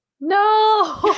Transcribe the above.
No